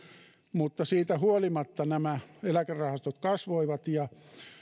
mutta siitä huolimatta nämä eläkerahastot kasvoivat ja